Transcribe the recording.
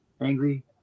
angry